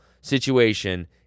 situation